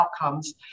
outcomes